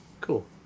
cool